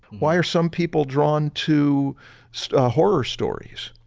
why are some people drawn to so horror stories?